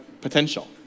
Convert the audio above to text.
potential